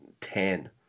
ten